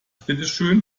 bitteschön